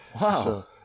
Wow